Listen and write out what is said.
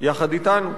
יחד אתנו.